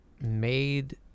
made